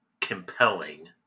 compelling